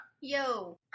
yo